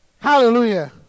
Hallelujah